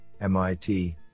MIT